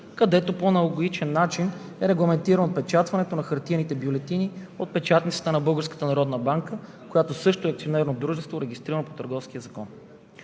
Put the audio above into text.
където по аналогичен начин е регламентирано отпечатването на хартиените бюлетини от печатницата на Българската народна банка, която също е акционерно дружество, регистрирано по Търговския закон.